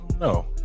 No